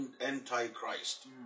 Antichrist